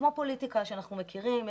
כמו פוליטיקה שאנחנו מכירים,